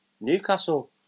Newcastle